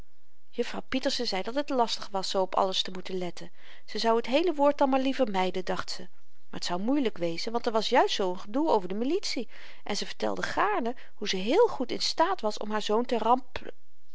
jufvrouw pieterse zei dat het lastig was zoo op alles te moeten letten ze zou het heele woord dan maar liever myden dacht ze maar t zou moeielyk wezen want er was juist zoo'n gedoe over de militie en ze vertelde gaarne hoe ze heel goed in staat was haar zoon te